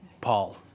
paul